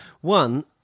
One